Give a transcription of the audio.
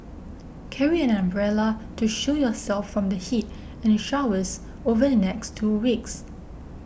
carry an umbrella to shield yourself from the heat and showers over the next two weeks